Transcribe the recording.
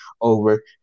over